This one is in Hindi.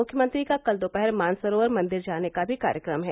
मुख्यमंत्री का कल दोपहर मानसरोवर मंदिर जाने का भी कार्यक्रम है